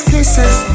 Kisses